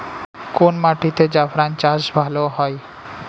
কোন মাটিতে জাফরান চাষ ভালো হয়?